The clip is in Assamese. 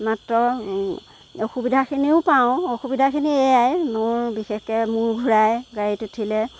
মাত্ৰ অসুবিধাখিনিও পাওঁ অসুবিধাখিনি সেয়াই মোৰ বিশেষকৈ মূৰ ঘূৰাই গাড়ীত উঠিলে